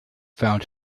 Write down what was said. found